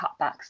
cutbacks